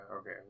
okay